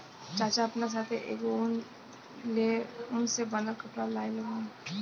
चाचा आपना साथै एगो उन से बनल कपड़ा लाइल रहन